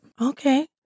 Okay